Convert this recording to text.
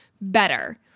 better